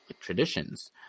traditions